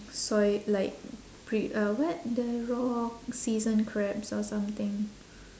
soy like pre uh what the raw seasoned crabs or something